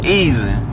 easy